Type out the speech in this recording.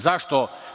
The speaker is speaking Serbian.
Zašto?